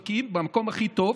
המקום הכי טוב,